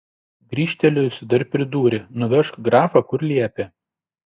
grįžtelėjusi dar pridūrė nuvežk grafą kur liepė